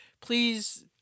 please